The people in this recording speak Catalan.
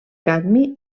cadmi